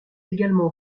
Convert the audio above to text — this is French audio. également